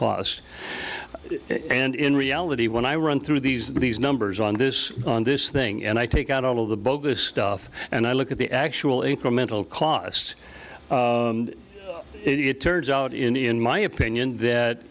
cost and in reality when i run through these these numbers on this on this thing and i take out all of the bogus stuff and i look at the actual incremental cost it turns out in my opinion that